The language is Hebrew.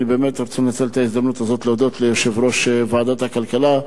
אני באמת רוצה לנצל את ההזדמנות הזאת להודות ליושב-ראש ועדת הכלכלה,